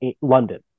London